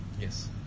Yes